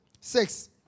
six